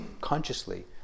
consciously